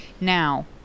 Now